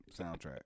soundtrack